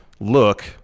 Look